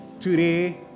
Today